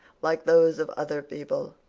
like those of other people,